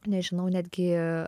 nežinau netgi